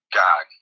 god